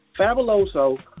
fabuloso